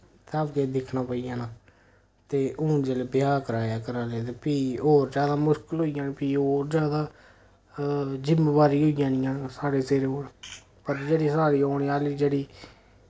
सब के दिक्खना पेई जाना ते हून जेल्लै ब्याह् कराया घरै आह्ले ते फ्ही और जैदा मुश्कल होई जानी फ्ही और जैदा जिम्मेवारी होई जानियां साढ़े सिरै पर पर जेह्ड़ी साढ़ी औने आह्ली जेह्ड़ी